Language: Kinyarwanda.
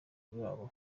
bwabo